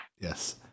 Yes